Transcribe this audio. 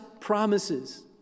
promises